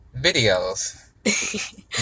videos